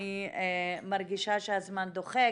אני מרגישה שהזמן דוחק,